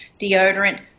deodorant